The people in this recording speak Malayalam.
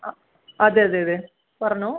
ആ അതെ അതെ അതെ പറഞ്ഞോ